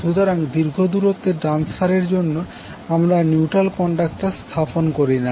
সুতরাং দীর্ঘ দূরত্বে ট্রান্সফার এর জন্য আমরা নিউট্রাল কন্ডাক্টর স্থাপন করি না